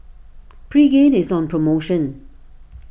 Pregain is on promotion